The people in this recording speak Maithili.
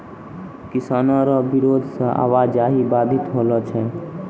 किसानो रो बिरोध से आवाजाही बाधित होलो छै